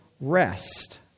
rest